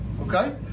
okay